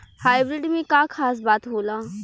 Hybrid में का खास बात होला?